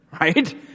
right